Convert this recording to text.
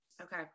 Okay